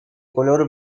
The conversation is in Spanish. color